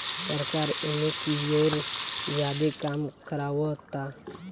सरकार एने कियोर ज्यादे काम करावता